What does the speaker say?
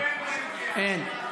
אין.